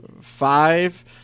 five